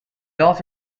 also